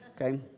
okay